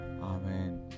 Amen